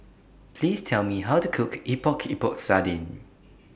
Please Tell Me How to Cook Epok Epok Sardin